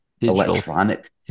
electronic